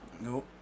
No